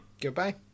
Goodbye